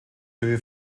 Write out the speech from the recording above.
höhe